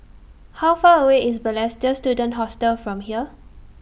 How Far away IS Balestier Student Hostel from here